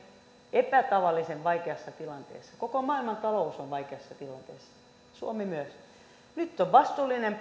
epätavallisen vaikeassa tilanteessa koko maailman talous on vaikeassa tilanteessa suomi myös nyt on vastuullisen